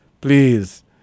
please